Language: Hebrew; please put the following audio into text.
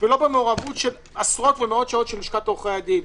ולא במעורבות של מאות שעות של לשכת עורכי הדין.